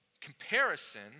comparison